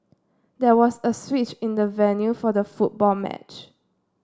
there was a switch in the venue for the football match